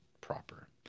proper